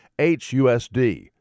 HUSD